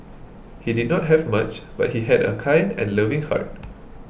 he did not have much but he had a kind and loving heart